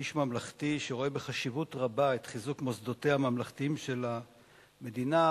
איש ממלכתי שרואה חשיבות רבה בחיזוק מוסדותיה הממלכתיים של המדינה,